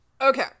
Okay